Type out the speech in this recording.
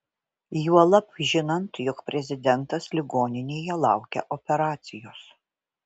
juolab žinant jog prezidentas ligoninėje laukia operacijos